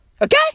Okay